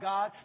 God